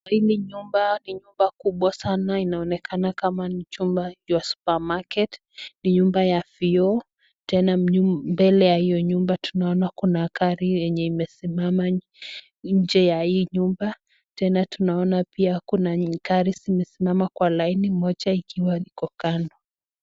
hili nyumba ni nyumba kubwa sana inaonekana ni chumba ya supermarket ni nyumba ya vio tena juu mbele ya hiyo nyumba tunaona kuna gari yenye imesimama nje ya hii nyumba tena tunaona pia kuna gari zimesimama kwa laini moja ikiwa iko kando.